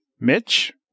Mitch